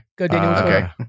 Okay